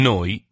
Noi